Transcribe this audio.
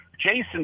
Jason